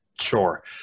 Sure